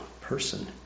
person